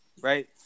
Right